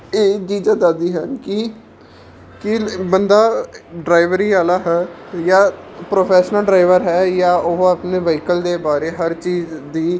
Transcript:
ਇਹ ਚੀਜ਼ਾਂ ਦੱਸਦੀਆਂ ਹਨ ਕਿ ਕੀ ਬੰਦਾ ਡਰਾਇਵਰੀ ਵਾਲਾ ਹੈ ਜਾਂ ਪ੍ਰੋਫੈਸ਼ਨਲ ਡਰਾਈਵਰ ਹੈ ਜਾਂ ਉਹ ਆਪਣੇ ਵਹੀਕਲ ਦੇ ਬਾਰੇ ਹਰ ਚੀਜ਼ ਦੀ